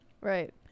right